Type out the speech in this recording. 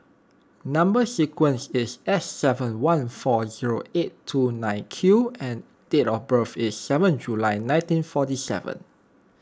Number Sequence is S seven one four zero eight two nine Q and date of birth is seven July nineteen forty seven